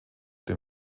dem